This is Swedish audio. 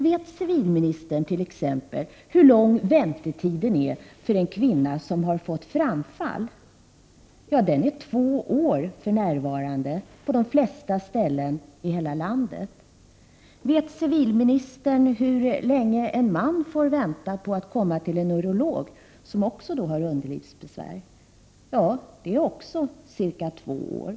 Vet civilministern t.ex. hur lång väntetiden är för en kvinna som har fått framfall? Den är för närvarande två år på de flesta ställen i landet. Vet civilministern hur länge en man får vänta på att komma till en urolog med sina underlivsbesvär? Det är också cirka två år.